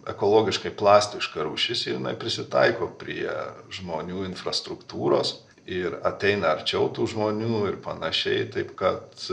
ekologiškai plastiška rūšis ir jinai prisitaiko prie žmonių infrastruktūros ir ateina arčiau tų žmonių ir panašiai taip kad